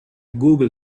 google